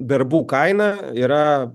darbų kaina yra